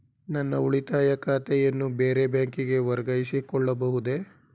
ನನ್ನ ಉಳಿತಾಯ ಖಾತೆಯನ್ನು ಬೇರೆ ಬ್ಯಾಂಕಿಗೆ ವರ್ಗಾಯಿಸಿಕೊಳ್ಳಬಹುದೇ?